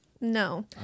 No